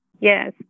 Yes